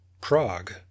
Prague